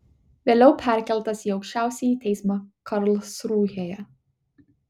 vėliau perkeltas į aukščiausiąjį teismą karlsrūhėje